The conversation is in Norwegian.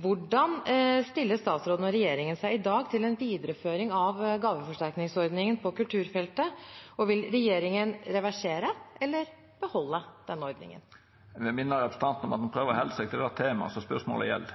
Hvordan stiller statsråden og regjeringen seg i dag til en videreføring av gaveforsterkningsordningen på kulturfeltet? Vil regjeringen reversere eller beholde denne ordningen? Eg vil minne representanten om at ein må prøva å halda seg til det temaet spørsmålet gjeld.